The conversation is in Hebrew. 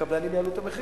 הקבלנים יעלו את המחיר.